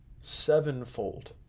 sevenfold